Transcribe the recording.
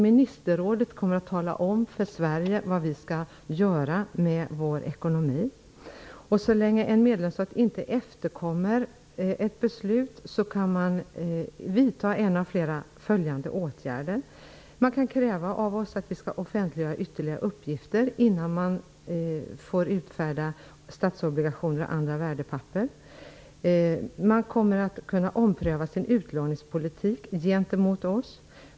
Ministerrådet kan alltså tala om för Sverige vad vi skall göra med vår ekonomi. Så länge en medlemsstat inte efterkommer ett beslut kan man vidta en av följande åtgärder. Man kan kräva av medlemsstaten att den skall offentliggöra ytterligare uppgifter innan den får utfärda statsobligationer och andra värdepapper. Man kan ompröva sin utlåningspolitik gentemot medlemsstaten.